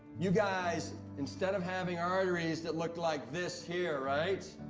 you guys, instead of having arteries that looked like this here, right?